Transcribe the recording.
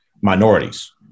minorities